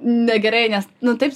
negerai nes nu taip